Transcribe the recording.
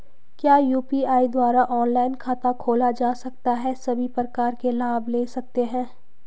क्या यु.पी.आई द्वारा ऑनलाइन खाता खोला जा सकता है सभी प्रकार के लाभ ले सकते हैं?